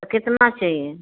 कितना चाहिए